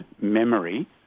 memory